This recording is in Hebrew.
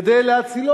כדי להצילו.